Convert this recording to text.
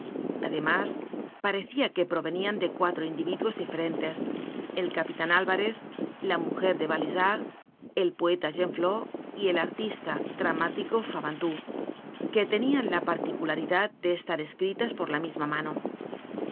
además parecia que provenian de cuatro individuos diferentes el capitan alvarez la mujer de balizard el poeta genflot y el artista dramático fabantou pero tenian la particularidad de estar escritas por la misma mano